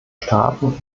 staaten